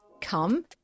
come